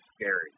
scary